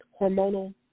hormonal